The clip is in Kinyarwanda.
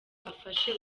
afashe